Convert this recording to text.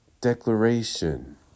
declaration